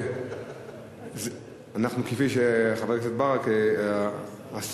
חבר הכנסת ברכה,